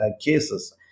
cases